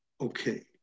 okay